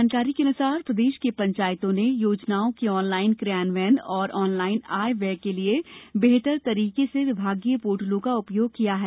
जानकारी के अनुसार प्रदेश की पंचायतों ने योजनाओं के ऑनलाइन कियान्वयन और ऑनलाइन आय व्यय के लिए बेहतर तरीके से विभागीय पोर्टलों का उपयोग किया है